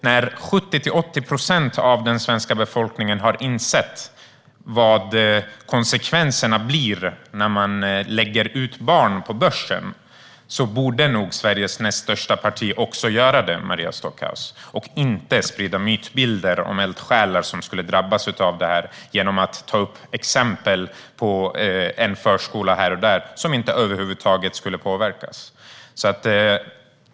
När 70-80 procent av den svenska befolkningen har insett vad konsekvenserna blir när man lägger ut barn på börsen borde nog Sveriges näst största parti också göra det, Maria Stockhaus, och inte sprida mytbilder om eldsjälar som skulle drabbas genom att ta upp exempel på en förskola här och där som över huvud taget inte skulle påverkas.